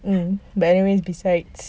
mm but anyways besides